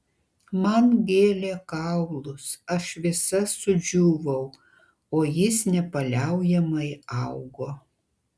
man gėlė kaulus aš visa sudžiūvau o jis nepaliaujamai augo